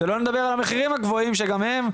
שלא נדבר על המחירים הגבוהים שגם הם,